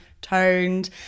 toned